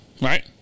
Right